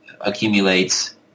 accumulates